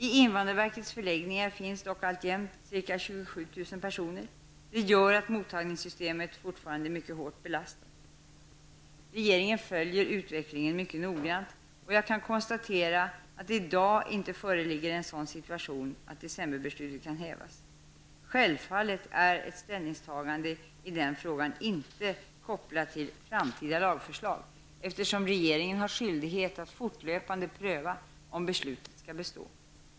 I invandrarverkets förläggningar finns dock alltjämt ca 27 000 personer. Detta gör att mottagningssystemet fortfarande är mycket hårt belastat. Regeringen följer utvecklingen mycket noggrant, och jag kan konstatera att det i dag inte föreligger en sådan situation att ''december-beslutet'' kan hävas. Självfallet är ett ställningstagande i den frågan inte kopplat till framtida lagförslag, eftersom regeringen har skyldighet att fortlöpande pröva om beslutet skall bestå.